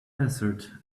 desert